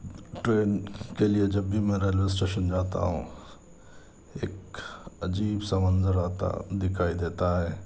train کے لئے جب بھی میں ریلوے اسٹیشن جاتا ہوں ایک عجیب سا منظر آتا دکھائی دیتا ہے